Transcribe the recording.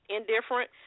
Indifferent